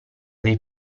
dei